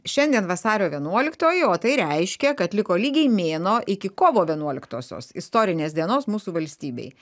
šiandien vasario vienuoliktoji o tai reiškia kad liko lygiai mėnuo iki kovo vienuoliktosios istorinės dienos mūsų valstybei